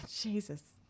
Jesus